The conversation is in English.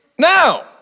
Now